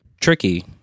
Tricky